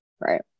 right